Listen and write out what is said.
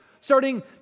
starting